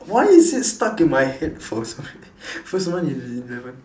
why is it stuck in my head for sorry first month in in eleven